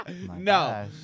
No